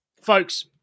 Folks